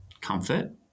comfort